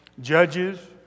Judges